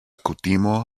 kutimo